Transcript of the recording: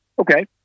Okay